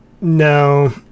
no